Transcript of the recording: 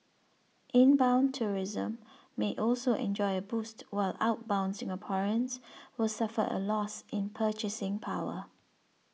inbound tourism may also enjoy a boost while outbound Singaporeans will suffer a loss in purchasing power